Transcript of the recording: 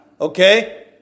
Okay